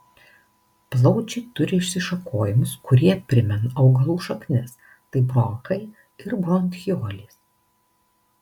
plaučiai turi išsišakojimus kurie primena augalų šaknis tai bronchai ir bronchiolės